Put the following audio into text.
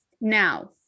now